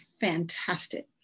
fantastic